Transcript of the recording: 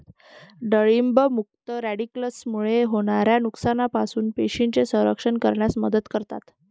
डाळिंब मुक्त रॅडिकल्समुळे होणाऱ्या नुकसानापासून पेशींचे संरक्षण करण्यास मदत करतात